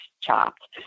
chopped